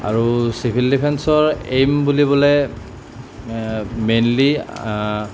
আৰু চিভিল ডিফেন্সৰ এইম বুলি ক'লে মেইনলি